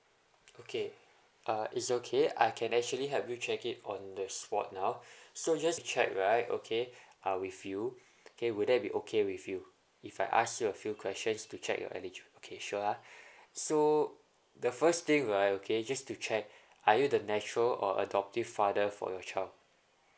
okay uh it's okay I can actually help you check it on the spot now so just to check right okay uh with you okay will that be okay with you if I ask you a few questions to check your eligi~ okay sure ah so the first thing right okay just to check are you the natural or adoptive father for your child